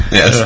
yes